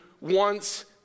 wants